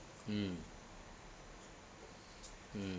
mm mm